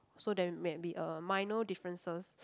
so there might be a minor differences